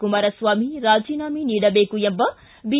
ಕುಮಾರಸ್ವಾಮಿ ರಾಜೀನಾಮೆ ನೀಡಬೇಕು ಎಂಬ ಬಿ